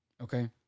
Okay